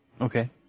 Okay